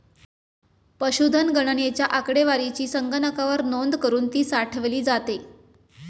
पशुधन गणनेच्या आकडेवारीची संगणकावर नोंद करुन ती साठवली जाते